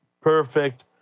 perfect